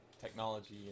technology